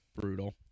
brutal